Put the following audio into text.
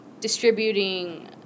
distributing